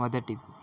మొదటిది